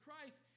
Christ